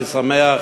אני שמח